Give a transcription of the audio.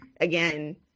again